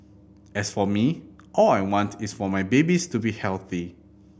as for me all I want is for my babies to be healthy